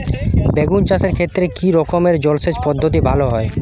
বেগুন চাষের ক্ষেত্রে কি রকমের জলসেচ পদ্ধতি ভালো হয়?